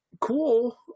cool